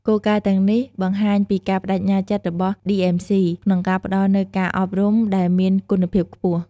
គោលការណ៍ទាំងនេះបង្ហាញពីការប្តេជ្ញាចិត្តរបស់ ឌីអឹមស៊ី (DMC) ក្នុងការផ្តល់នូវការអប់រំដែលមានគុណភាពខ្ពស់។